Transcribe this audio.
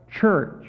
church